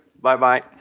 Bye-bye